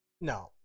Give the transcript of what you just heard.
No